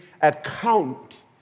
account